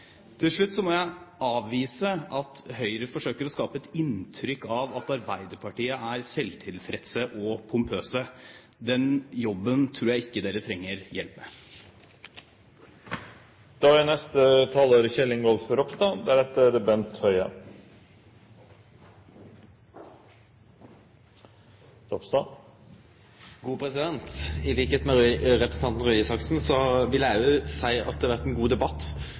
Til slutt må jeg avvise at Høyre forsøker å skape et inntrykk av at Arbeiderpartiet er selvtilfredse og pompøse. Den jobben tror jeg ikke dere trenger hjelp med. Som representanten Røe Isaksen vil eg òg seie at det har vore ein god debatt.